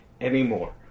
anymore